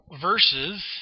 versus